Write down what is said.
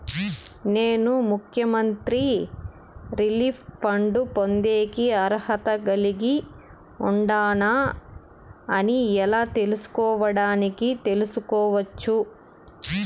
నేను ముఖ్యమంత్రి relief fund పొందేకి అర్హత కలిగి ఉండానా అని ఎలా తెలుసుకోవడానికి తెలుసుకోవచ్చు